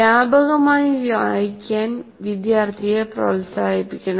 വ്യാപകമായി വായിക്കാൻ വിദ്യാർത്ഥിയെ പ്രോത്സാഹിപ്പിക്കണം